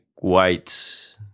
white